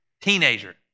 teenager